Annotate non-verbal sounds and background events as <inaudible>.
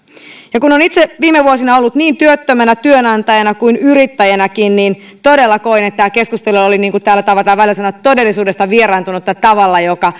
ja kun olen itse viime vuosina ollut niin työttömänä työnantajana kuin yrittäjänäkin niin todella koen että tämä keskustelu oli niin kuin täällä tavataan välillä sanoa todellisuudesta vieraantunutta tavalla joka <unintelligible>